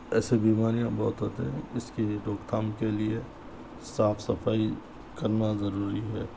ایسے بیماریاں بہت ہوتے ہیں اس کی روک تھام کے لیے صاف صفائی کرنا ضروری ہے